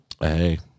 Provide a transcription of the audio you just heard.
Hey